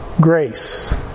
Grace